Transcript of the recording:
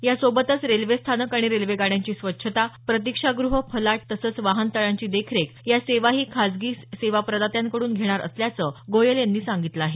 या सोबतच रेल्वेस्थानक आणि रेल्वे गाड्यांची स्वच्छता प्रतीक्षागृहं फलाट तसंच वाहनतळांची देखरेख या सेवाही खासगी सेवाप्रदात्यांकड्रन घेणार असल्याचं गोयल यांनी सांगितलं आहे